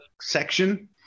section